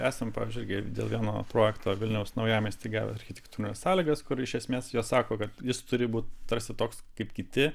esam pavyzdžiui gi dėl vieno projekto vilniaus naujamiesty gavę architektūrines sąlygas kur iš esmės jie sako kad jis turi būt tarsi toks kaip kiti